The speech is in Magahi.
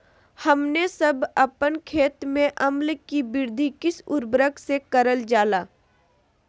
हमने सब अपन खेत में अम्ल कि वृद्धि किस उर्वरक से करलजाला?